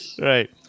Right